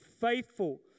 faithful